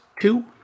Two